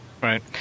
Right